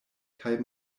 kaj